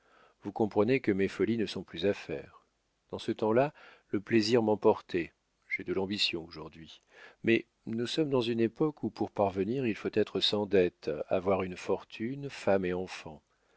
vous comprenez que mes folies ne sont plus à faire dans ce temps-là le plaisir m'emportait j'ai de l'ambition aujourd'hui mais nous sommes dans une époque où pour parvenir il faut être sans dettes avoir une fortune femme et enfants